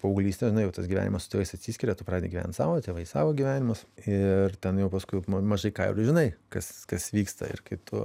paauglystė nu jau tas gyvenimas su tėvais atsiskiria tu pradedi gyvent savo tėvai savo gyvenimus ir ten jau paskui ma mažai ką žinai kas kas vyksta ir kai tu